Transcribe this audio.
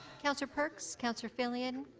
councillor perks, councillor filion,